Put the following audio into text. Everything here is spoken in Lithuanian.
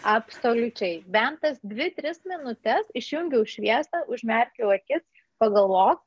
absoliučiai bent tas dvi tris minutes išjungiau šviesą užmerkiau akis pagalvok